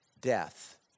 death